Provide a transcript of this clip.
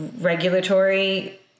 regulatory